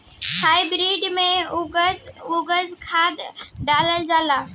Hybrid में कउन कउन खाद डालल जाला?